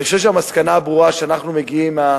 אני חושב שהמסקנה הברורה שאנחנו מגיעים אליה,